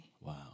Wow